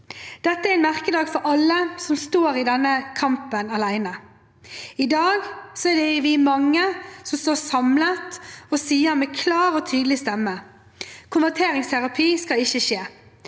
Dette er en merkedag for alle som står i denne kampen alene. I dag er vi mange som står samlet og sier med klar og tydelig stemme: Konverteringsterapi skal ikke skje,